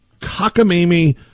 cockamamie